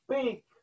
speak